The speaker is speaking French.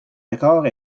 accord